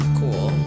cool